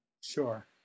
sure